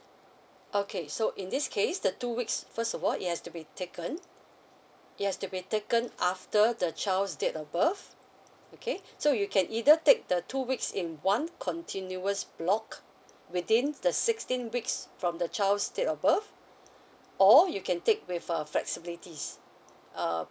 okay so in this case the two weeks first of all it has to be taken it has to be taken after the child's date of birth okay so you can either take the two weeks in one continuous block within the sixteen weeks from the child's date of birth or you can take with uh flexibilities uh